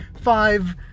five